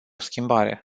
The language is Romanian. schimbare